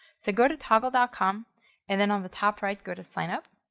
so go to toggl dot com and then on the top right, go to sign up,